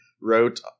wrote